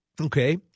okay